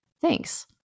Thanks